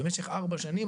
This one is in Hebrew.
במשך ארבע שנים.